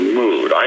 mood